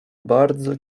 bardzo